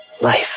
Life